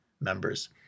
members